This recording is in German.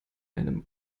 einem